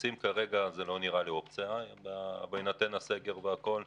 כנסים כרגע זה לא נראה לי אופציה בהינתן הסגר והכול,